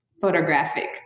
photographic